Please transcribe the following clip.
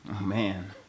man